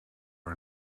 are